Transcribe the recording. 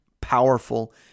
powerful